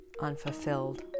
unfulfilled